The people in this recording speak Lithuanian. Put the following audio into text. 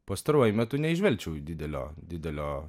pastaruoju metu neįžvelgčiau didelio didelio